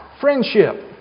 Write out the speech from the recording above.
friendship